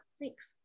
Thanks